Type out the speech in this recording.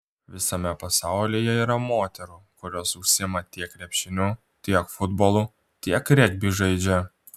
visame pasaulyje yra moterų kurios užsiima tiek krepšiniu tiek futbolu tiek regbį žaidžia